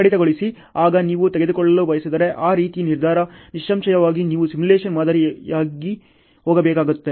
ಆಗ ನೀವು ತೆಗೆದುಕೊಳ್ಳಲು ಬಯಸಿದರೆ ಆ ರೀತಿಯ ನಿರ್ಧಾರ ನಿಸ್ಸಂಶಯವಾಗಿ ನೀವು ಸಿಮ್ಯುಲೇಶನ್ ಮಾದರಿಗಾಗಿ ಹೋಗಬೇಕಾಗುತ್ತದೆ